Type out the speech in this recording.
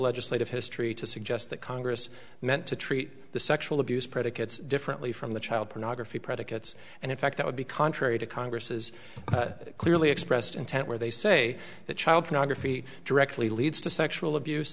legislative history to suggest that congress meant to treat the sexual abuse predicates differently from the child pornography predicates and in fact that would be contrary to congress's clearly expressed intent where they say that child pornography directly leads to sexual abuse